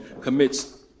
commits